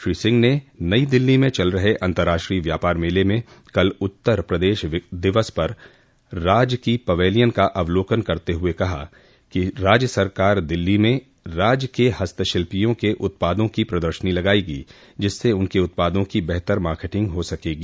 श्री सिंह ने नई दिल्ली में चल रहे अन्तर्राष्ट्रीय व्यापार मेले में कल उत्तर प्रदेश दिवस पर राज्य की पवैलियन का अवलोकन करते हुये कहा कि राज्य सरकार दिल्ली में राज्य के हस्तशिल्पियों के उत्पादों की प्रदर्शनी लगायेगी जिससे उनके उत्पादों की बेहतर मार्केटिंग हो सकेगी